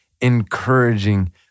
encouraging